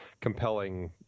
compelling